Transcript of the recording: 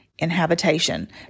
inhabitation